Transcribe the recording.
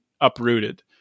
uprooted